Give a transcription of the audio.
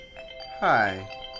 Hi